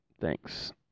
thanks